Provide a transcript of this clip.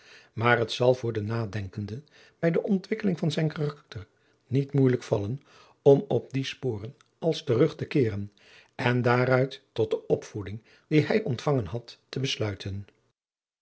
maar het zal voor de nadenkenden bij de ontwikkeling van zijn karakter niet adriaan loosjes pzn het leven van maurits lijnslager moeijelijk vallen om op die sporen als terug te keeren en daaruit tot de opvoeding die hij ontvangen had te besluiten